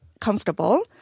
comfortable